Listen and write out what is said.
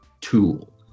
tool